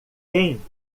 quem